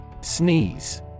Sneeze